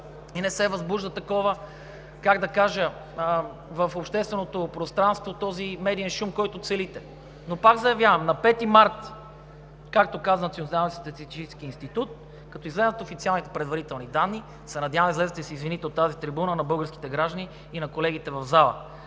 и не се възбужда, как да кажа, в общественото пространство този медиен шум, който целите. Но пак заявявам, на 5 март, както каза Националният статистически институт, като излязат официалните предварителни данни, се надявам да излезете и да се извините от тази трибуна на българските граждани и на колегите в залата.